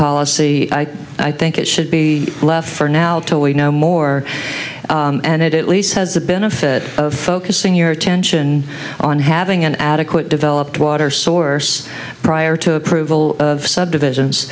policy i think it should be left for now until we know more and it at least has the benefit of focusing your attention on having an adequate developed water source prior to approval subdivisions